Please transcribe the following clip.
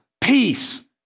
Peace